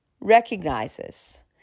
recognizes